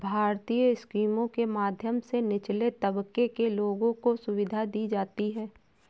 भारतीय स्कीमों के माध्यम से निचले तबके के लोगों को सुविधा दी जाती है